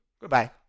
Goodbye